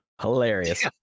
Hilarious